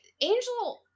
Angel